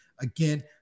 Again